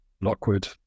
Lockwood